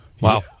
Wow